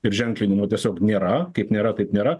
ir ženklinimo tiesiog nėra kaip nėra taip nėra